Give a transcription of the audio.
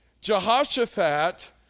Jehoshaphat